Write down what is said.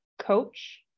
coach